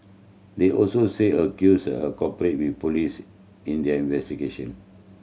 they also say accuser cooperated with police in their investigation